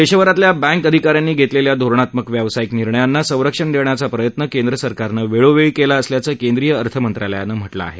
देशभरातल्या बँक अधिकाऱ्यांनी घेतलेल्या धोरणात्मक व्यावसायिक निर्णयांना संरक्षण देण्याचा प्रयत्न केंद्र सरकारनं वेळोवेळी केला असल्याचं केंद्रीय अर्थमंत्रालयानं म्हटलं आहे